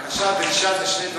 בקשה, דרישה, אלה שני דברים שונים.